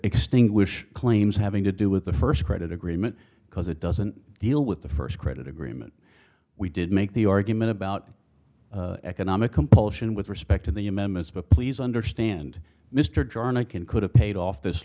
extinguish claims having to do with the first credit agreement because it doesn't deal with the first credit agreement we did make the argument about economic compulsion with respect to the amendments but please understand mr charnock and could have paid off this